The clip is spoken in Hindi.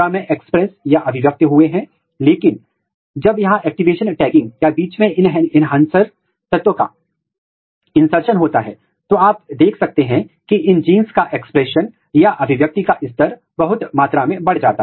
और ये बहुत महत्वपूर्ण हैं जब आप किसी विशेष अंग के विकास का अध्ययन कर रहे हैं या यदि आप किसी विकासात्मक प्रक्रिया के कुछ पुटेटिव नियामक की पहचान कर रहे हैं और यदि आप विकास की प्रक्रिया में उनके विशिष्ट कार्य का अध्ययन करना चाहते हैं